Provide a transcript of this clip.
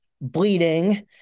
bleeding